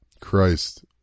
Christ